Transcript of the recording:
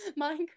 Minecraft